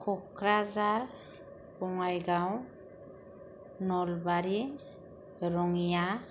Kokrajhar Bongaigaon Nalbari Rangia